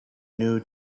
new